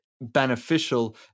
beneficial